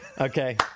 Okay